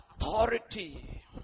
authority